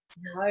No